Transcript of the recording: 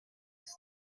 ist